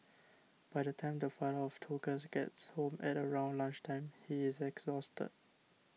by the time the father of two girls gets home at around lunch time he is exhausted